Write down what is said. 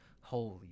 holy